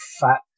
fat